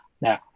Now